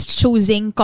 choosing